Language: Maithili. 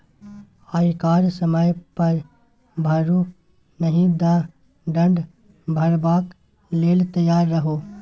आयकर समय पर भरू नहि तँ दण्ड भरबाक लेल तैयार रहु